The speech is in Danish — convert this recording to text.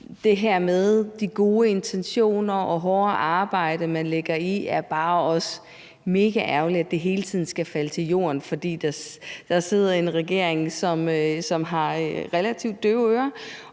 det her med de gode intentioner og det hårde arbejde, man lægger i det, hele tiden skal falde til jorden, fordi der sidder en regering, som har relativt døve ører.